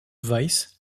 vice